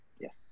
Yes